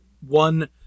one